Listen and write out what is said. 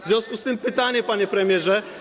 W związku z tym mam pytanie, panie premierze.